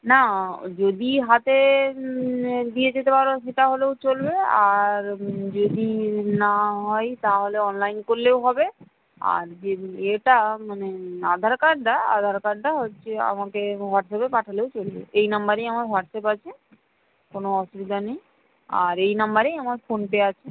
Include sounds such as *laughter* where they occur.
না যদি হাতে দিয়ে যেতে পারো সেটা হলেও চলবে আর যদি না হয় তাহলে অনলাইন করলেও হবে আর *unintelligible* ইয়েটা মানে আধার কার্ডটা আধার কার্ডটা হচ্ছে আমাকে হোয়াটসঅ্যাপে পাঠালেও চলবে এই নম্বরেই আমার হোয়াটসঅ্যাপ আছে কোনো অসুবিধা নেই আর এই নম্বরেই আমার ফোন পে আছে